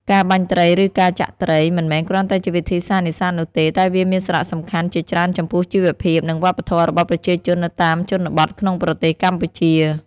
ការបាញ់ត្រី ឬការចាក់ត្រី មិនមែនគ្រាន់តែជាវិធីសាស្ត្រនេសាទនោះទេ តែវាមានសារៈសំខាន់ជាច្រើនចំពោះជីវភាព និងវប្បធម៌របស់ប្រជាជននៅតាមជនបទក្នុងប្រទេសកម្ពុជា។